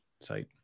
site